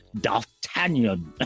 D'Artagnan